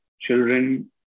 children